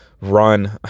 run